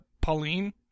Pauline